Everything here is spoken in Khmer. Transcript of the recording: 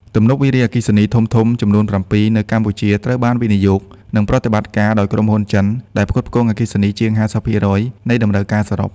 ទំនប់វារីអគ្គិសនីធំៗចំនួន ៧ នៅកម្ពុជាត្រូវបានវិនិយោគ និងប្រតិបត្តិការដោយក្រុមហ៊ុនចិន ដែលផ្គត់ផ្គង់អគ្គិសនីជាង ៥០% នៃតម្រូវការសរុប។